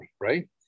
right